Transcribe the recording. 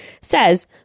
says